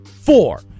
four